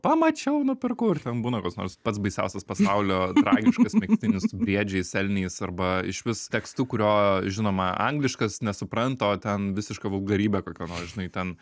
pamačiau nupirkau ir ten būna koks nors pats baisiausias pasaulio tragiškas megztinis su briedžiais elniais arba išvis tekstu kurio žinoma angliškas nesupranta o ten visiška vulgarybė kokia nors žinai ten